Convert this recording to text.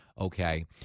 okay